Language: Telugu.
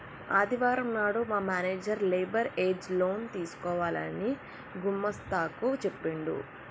ఆదివారం నాడు మా మేనేజర్ లేబర్ ఏజ్ లోన్ తీసుకోవాలని గుమస్తా కు చెప్పిండు